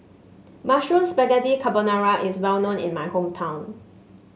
Mushroom Spaghetti Carbonara is well known in my hometown